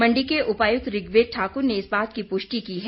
मंडी के उपायुक्त ऋग्वेद ठाकुर ने इस बात की पुष्टि की है